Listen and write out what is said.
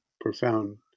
profound